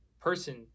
person